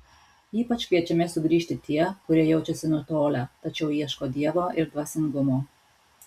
ypač kviečiami sugrįžti tie kurie jaučiasi nutolę tačiau ieško dievo ir dvasingumo